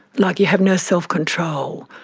like you have no self-control,